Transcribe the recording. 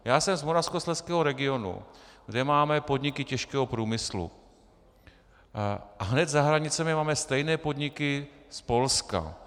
Já jsem z moravskoslezského regionu, kde máme podniky těžkého průmyslu, a hned za hranicemi máme stejné podniky z Polska.